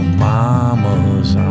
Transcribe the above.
mama's